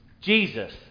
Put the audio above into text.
Jesus